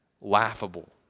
laughable